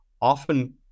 often